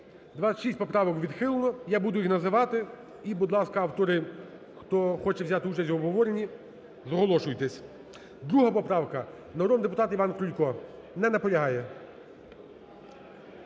26 поправок відхилено, я буду їх називати. І, будь ласка, автори хто хоче взяти участь в обговоренні, зголошуйтесь. 2 поправка, народний депутат Іван Крулько. Не наполягає.